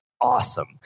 awesome